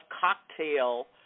cocktail